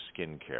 skincare